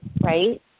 right